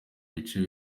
bice